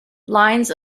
lines